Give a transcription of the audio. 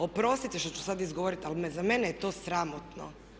Oprostite što ću sad izgovoriti, ali za mene je to sramotno.